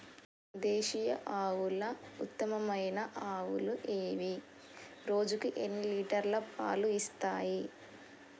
దేశీయ ఆవుల ఉత్తమమైన ఆవులు ఏవి? రోజుకు ఎన్ని లీటర్ల పాలు ఇస్తాయి?